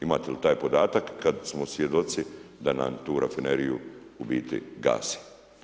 Imate li taj podatak kad smo svjedoci da nam tu rafineriju u biti gase.